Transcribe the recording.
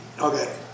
Okay